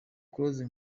close